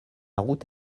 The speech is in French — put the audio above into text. route